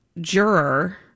juror